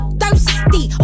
thirsty